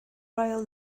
royal